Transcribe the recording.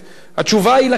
התשובה היא לכנסת.